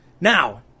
Now